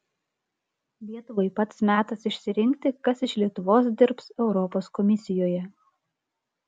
lietuvai pats metas išsirinkti kas iš lietuvos dirbs europos komisijoje